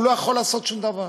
הוא לא יכול לעשות שום דבר.